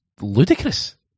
ludicrous